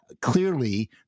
clearly